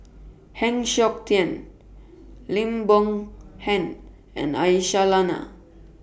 Heng Siok Tian Lim Boon Heng and Aisyah Lyana